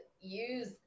use